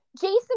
Jason